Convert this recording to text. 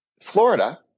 florida